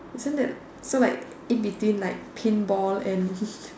isn't that so like in between like paint ball and